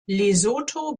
lesotho